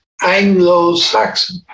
Anglo-Saxon